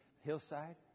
hillside